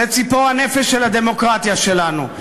זו ציפור הנפש של הדמוקרטיה שלנו.